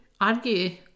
Argue